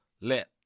let